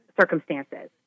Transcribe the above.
circumstances